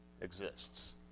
exists